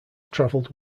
traveled